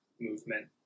movement